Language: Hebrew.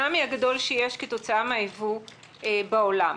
הגדול שיש כתוצאה מן הייבוא בעולם.